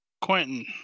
Quentin